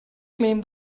claim